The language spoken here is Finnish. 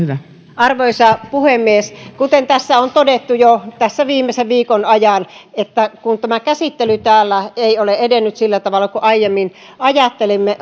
arvoisa puhemies kuten tässä on todettu jo viimeisen viikon ajan kun tämä käsittely täällä ei ole edennyt sillä tavalla kuin aiemmin ajattelimme